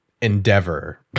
endeavor